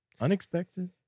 unexpected